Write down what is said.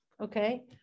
Okay